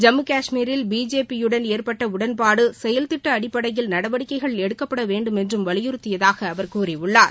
ஜம்மு கஷ்மீரில் பிஜேபி யுடன் ஏற்பட்ட உடன்பாடு செயல்திட்ட அடிப்படையில் நடவடிக்கைகள் எடுக்கப்பட வேண்டுமென்றும் வலியுறுத்தியதாக அவர் கூறியுள்ளார்